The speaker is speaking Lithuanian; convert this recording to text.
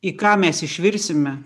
į ką mes išvirsime